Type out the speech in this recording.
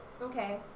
Okay